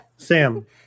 Sam